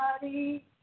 body